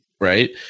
right